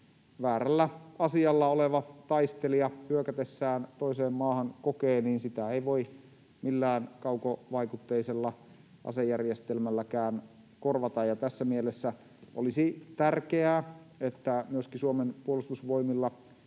väärällä asialla oleva taistelija hyökätessään toiseen maahan kokee, ei voi millään kaukovaikutteisella asejärjestelmälläkään korvata. Tässä mielessä olisi tärkeää, että myöskin Suomen puolustusvoimilla